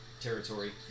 territory